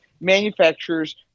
manufacturers